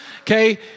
Okay